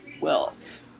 wealth